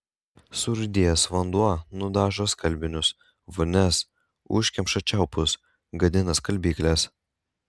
surūdijęs vanduo nudažo skalbinius vonias užkemša čiaupus gadina skalbykles